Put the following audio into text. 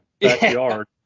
backyard